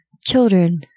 children